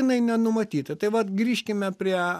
jinai nenumatyta tai vat grįžkime prie